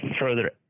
further